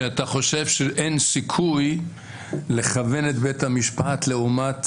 שאתה חושב שאין סיכוי לכוון את בית המשפט לעומת